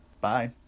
Bye